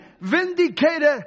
vindicated